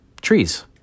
trees